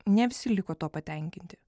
ne visi liko tuo patenkinti